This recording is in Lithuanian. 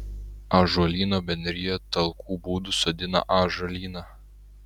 ąžuolyno bendrija talkų būdu sodina ąžuolyną